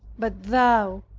but thou,